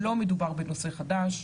לא מדובר בנושא חדש.